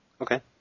Okay